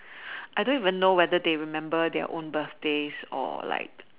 I don't even know whether they remember their own birthdays or like